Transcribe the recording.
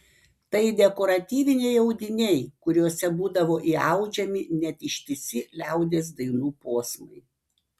tai dekoratyviniai audiniai kuriuose būdavo įaudžiami net ištisi liaudies dainų posmai